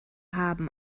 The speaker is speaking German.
haben